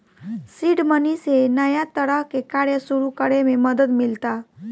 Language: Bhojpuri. सीड मनी से नया तरह के कार्य सुरू करे में मदद मिलता